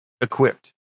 equipped